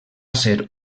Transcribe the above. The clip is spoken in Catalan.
ser